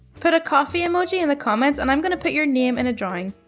put a coffee emoji in the comments and i'm gonna put your name in a drawing,